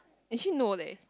did she no leh